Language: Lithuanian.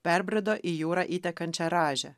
perbrido į jūrą įtekančią rąžę